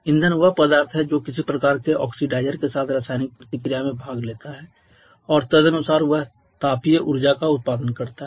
ईंधन वह पदार्थ है जो किसी प्रकार के ऑक्सीडाइज़र के साथ रासायनिक प्रतिक्रिया में भाग लेता है और तदनुसार यह तापीय ऊर्जा का उत्पादन करता है